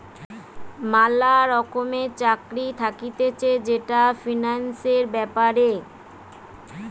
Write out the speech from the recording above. ম্যালা রকমের চাকরি থাকতিছে যেটা ফিন্যান্সের ব্যাপারে